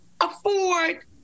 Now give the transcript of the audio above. afford